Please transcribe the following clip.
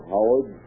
Howard